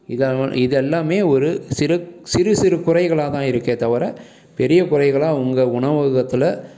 இதன் இது எல்லாமே ஒரு சிறு சிறு சிறு குறைகளாக தான் இருக்கே தவிர பெரிய குறைகளாக உங்கள் உணவகத்தில்